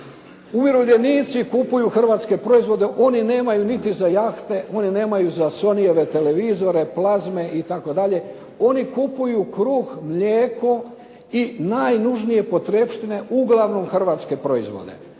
Umirovljenici kupuju hrvatske proizvode. Oni nemaju niti za jahte, oni nemaju za sonyeve televizore, plazme, itd. Oni kupuju kruh, mlijeko i najnužnije potrepštine uglavnom hrvatske proizvode.